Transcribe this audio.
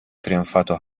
trionfato